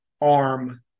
arm